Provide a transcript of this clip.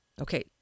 Okay